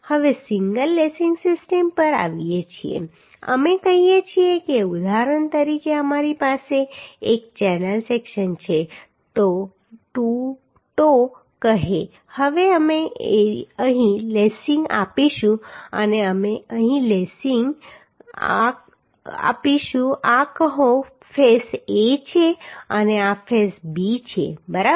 હવે single lacing system પર આવીએ છીએ અમે કહીએ છીએ કે ઉદાહરણ તરીકે અમારી પાસે એક ચેનલ સેક્શન છે ટો ટુ ટો કહે હવે અમે અહીં લેસિંગ આપીશું આ કહો ફેસ A છે અને આ ફેસ B છે બરાબર